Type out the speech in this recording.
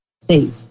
safe